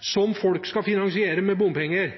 som folk skal finansiere med bompenger?